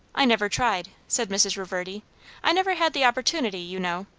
i never tried, said mrs. reverdy i never had the opportunity, you know.